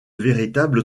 véritable